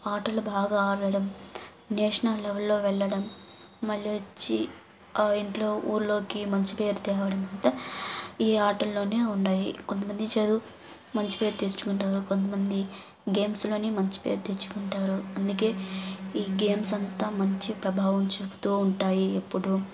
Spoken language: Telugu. ఆటలు బాగా ఆడడం నేషనల్ లెవెల్లో వెళ్లడం మళ్ళీ ఒచ్చి ఆ ఇంట్లో ఊర్లోకి మంచి పేరు తేవడం అంతా ఈ ఆటోల్లోనే ఉండాయి కొంతమంది చదువు మంచి పేరు తెచ్చుకుంటారు కొంతమంది గేమ్స్లోనే మంచి పేరు తెచ్చుకుంటారు అందుకే ఈ గేమ్స్ అంతా మంచి ప్రభావం చూపుతూ ఉంటాయి ఎప్పుడూ